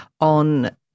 on